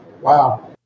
Wow